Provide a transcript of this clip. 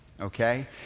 okay